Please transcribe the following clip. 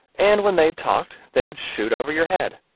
and when they talked they would shoot over your head.